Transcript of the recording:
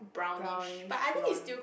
brownish blonde